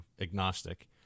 agnostic